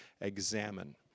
examine